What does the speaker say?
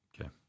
Okay